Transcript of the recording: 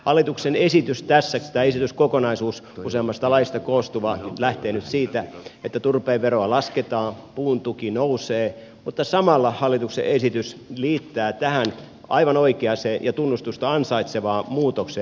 hallituksen esitys tässä tämä esityskokonaisuus useammasta laista koostuva lähtee nyt siitä että turpeen veroa lasketaan puun tuki nousee mutta samalla hallituksen esitys liittää tähän aivan oikea seija tunnustusta ansaitsevan muutoksen